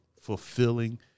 fulfilling